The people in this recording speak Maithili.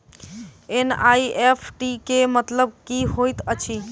एन.ई.एफ.टी केँ मतलब की होइत अछि?